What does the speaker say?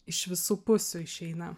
iš visų pusių išeina